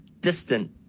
distant